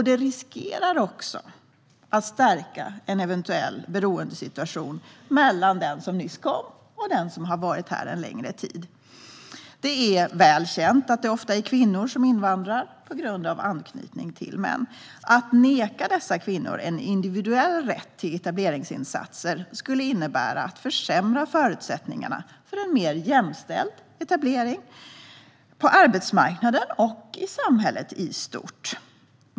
Det riskerar också att stärka en eventuell beroendesituation mellan den som nyss kom och den som har varit här en längre tid. Det är väl känt att det ofta är kvinnor som invandrar på grund av anknytning till män. Att neka dessa kvinnor en individuell rätt till etableringsinsatser skulle innebära att man försämrar förutsättningarna för en mer jämställd etablering på arbetsmarknaden och i samhället i stort.